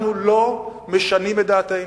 אנחנו לא משנים את דעתנו.